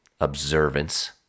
observance